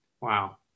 wow